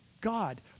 God